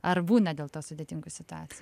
ar būna dėl to sudėtingų situacijų